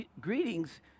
Greetings